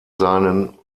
seinen